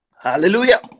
Hallelujah